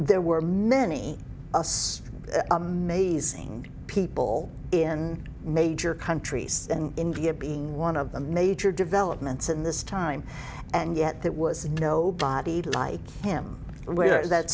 there were many us amazing people in major countries and india being one of the major developments in this time and yet there was nobody like him where that